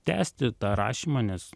tęsti tą rašymą nes